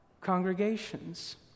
congregations